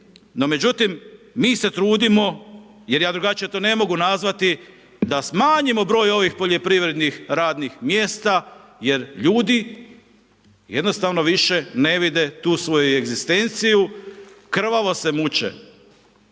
međutim, mi se trudimo jer ja drugačije to ne mogu nazvati da smanjimo broj ovih poljoprivrednih radnih mjesta jer ljudi jednostavno više ne vide tu svoju egzistenciju, krvavo se muče,